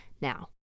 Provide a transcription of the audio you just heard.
Now